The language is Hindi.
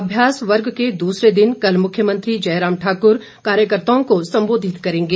अभ्यास वर्ग के दूसरे दिन कल मुख्यमंत्री जयराम ठाकूर कार्यकर्ताओं को संबोधित करेंगे